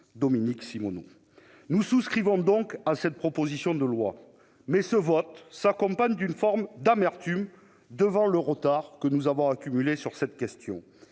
Dominique Simonnot. Nous souscrivons à cette proposition de loi, mais notre vote s'accompagne d'une forme d'amertume devant le retard accumulé sur cette question.